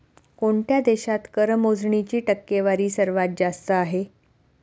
कोणत्या देशात कर मोजणीची टक्केवारी सर्वात जास्त आहे?